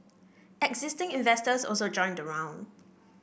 existing investors also joined the round